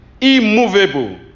immovable